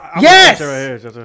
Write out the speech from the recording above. Yes